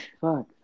Fuck